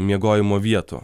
miegojimo vietų